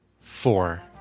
four